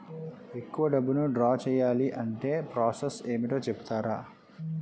ఎక్కువ డబ్బును ద్రా చేయాలి అంటే ప్రాస సస్ ఏమిటో చెప్తారా?